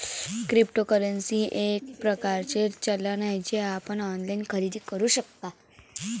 cryptocurrency हे एक प्रकारचे चलन आहे जे आपण ऑनलाइन खरेदी करू शकता